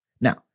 now